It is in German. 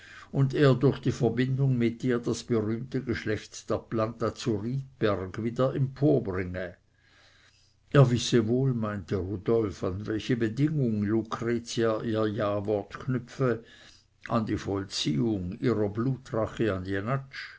und er durch die verbindung mit ihr das berühmte geschlecht der planta zu riedberg wieder emporbringe er wisse wohl meinte rudolf an welche bedingung lucretia ihr jawort knüpfe an die vollziehung ihrer blutrache